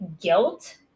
guilt